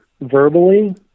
verbally